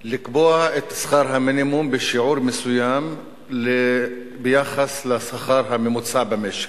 לקבוע את שכר המינימום בשיעור מסוים ביחס לשכר הממוצע במשק,